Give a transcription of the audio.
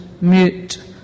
Mute